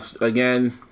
Again